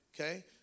okay